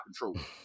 control